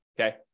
okay